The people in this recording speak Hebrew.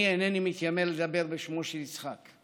אני אינני מתיימר לדבר בשמו של יצחק.